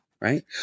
right